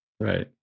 right